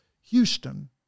Houston